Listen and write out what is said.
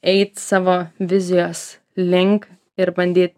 eit savo vizijos link ir bandyt